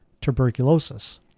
tuberculosis